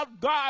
God